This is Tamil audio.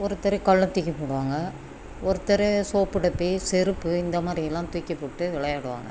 ஒருத்தர் கல்லைத் தூக்கி போடுவாங்க ஒருத்தர் சோப்பு டப்பி செருப்பு இந்த மாதிரியெல்லாம் தூக்கிப் போட்டு விளையாடுவாங்க